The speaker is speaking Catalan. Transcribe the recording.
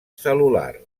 cel·lular